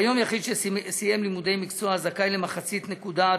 כיום יחיד שסיים לימודי מקצוע זכאי למחצית נקודת